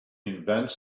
invents